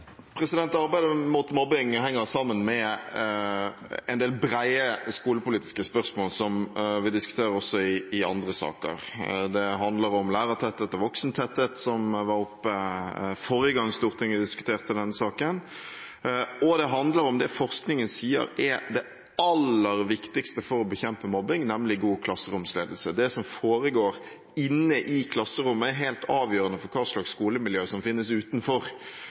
del brede skolepolitiske spørsmål som vi diskuterer også i andre saker. Det handler om lærertetthet og voksentetthet, som var oppe forrige gang Stortinget diskuterte denne saken, og det handler om det som forskningen sier er det aller viktigste for å bekjempe mobbing, nemlig god klasseromsledelse. Det som foregår inne i klasserommet, er helt avgjørende for hva slags skolemiljø som finnes utenfor.